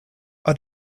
are